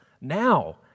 now